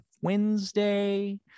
Wednesday